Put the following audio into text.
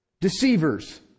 deceivers